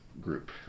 group